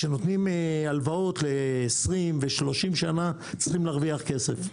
שנותנים הלוואות 20, 30 שנה צריכים להרוויח כסף.